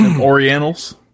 orientals